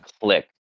click